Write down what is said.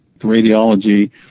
radiology